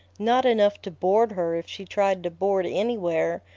not enough to board her if she tried to board anywhere,